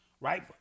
Right